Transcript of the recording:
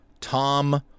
Tom